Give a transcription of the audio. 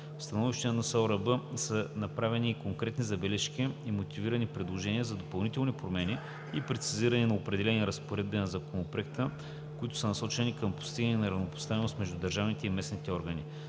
Република България са направени и конкретни забележки и мотивирани предложения за допълнителни промени и прецизиране на определени разпоредби на Законопроекта, които са насочени към постигане на равнопоставеност между държавните и местни органи,